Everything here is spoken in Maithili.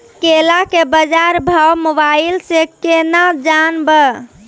केला के बाजार भाव मोबाइल से के ना जान ब?